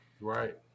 Right